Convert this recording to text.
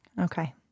Okay